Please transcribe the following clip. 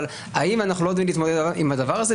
אבל האם אנחנו לא יודעים להתמודד עם הדבר הזה?